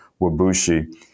Wabushi